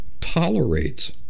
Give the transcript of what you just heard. tolerates